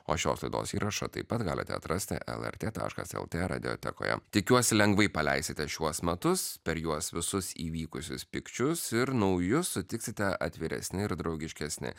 o šios laidos įrašą taip pat galite atrasti lrt taškas lt radiotekoje tikiuosi lengvai paleisite šiuos metus per juos visus įvykusius pykčius ir naujus sutiksite atviresni ir draugiškesni